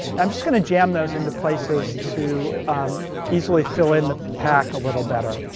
i'm just gonna jam those into places to easily fill in the pack a little better.